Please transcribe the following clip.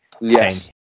Yes